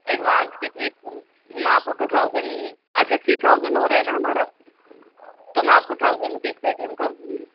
advance کتنے کی میں آپ کو ٹو تھاؤزینڈ اچھا تھری تھاؤزینڈ ہو رہا ہے نا ہمارا تو میں آپ کو thousand rupees Paytm کر دوں گی